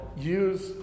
use